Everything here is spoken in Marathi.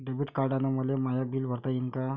डेबिट कार्डानं मले माय बिल भरता येईन का?